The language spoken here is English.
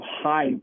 high